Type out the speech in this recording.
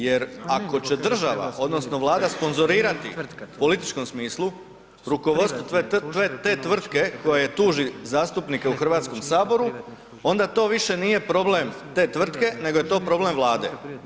Jer ako će država odnosno Vlada sponzorirati u političkom smislu rukovodstvo te tvrtke koja tuži zastupnike u Hrvatskom saboru onda to više nije problem te tvrtke nego je to problem Vlade.